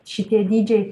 šitie dydžiai